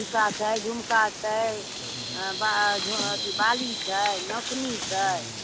टीका छै झुमका छै अथि बाली छै नथुनी छै